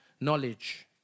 knowledge